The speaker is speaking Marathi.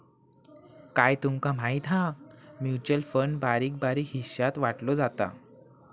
काय तूमका माहिती हा? म्युचल फंड बारीक बारीक हिशात वाटलो जाता